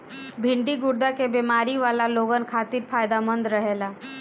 भिन्डी गुर्दा के बेमारी वाला लोगन खातिर फायदमंद रहेला